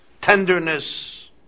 tenderness